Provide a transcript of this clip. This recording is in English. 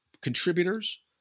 contributors